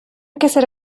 كسر